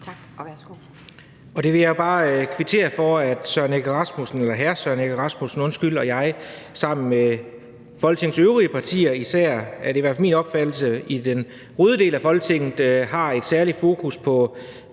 Tak. Og værsgo.